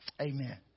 Amen